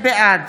בעד